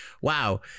Wow